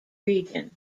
region